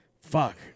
Fuck